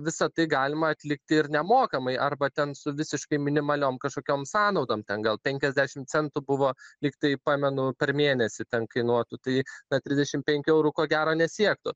visą tai galima atlikti ir nemokamai arba ten su visiškai minimaliom kažkokiom sąnaudom ten gal penkiasdešim centų buvo lyg tai pamenu per mėnesį ten kainuotų tai na trisdešim penkių eurų ko gero nesiektų